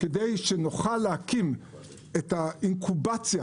כדי שנוכל להקים את האינקובציה,